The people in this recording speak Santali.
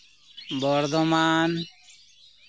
ᱵᱚᱨᱫᱷᱚᱢᱟᱱ